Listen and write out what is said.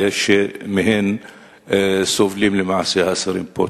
אלה שבהן סובלים למעשה האסירים פה.